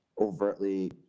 overtly